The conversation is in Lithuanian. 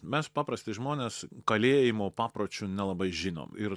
mes paprasti žmonės kalėjimo papročių nelabai žinom ir